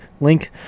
link